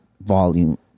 Volume